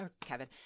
Kevin